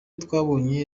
twabonye